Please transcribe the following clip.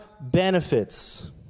benefits